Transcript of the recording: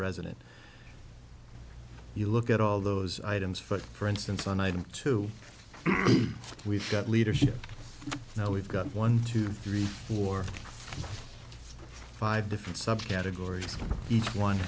resident you look at all those items for for instance on item two we've got leadership now we've got one two three four five different subcategories each one